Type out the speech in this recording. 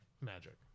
magic